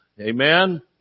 Amen